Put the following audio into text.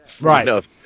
right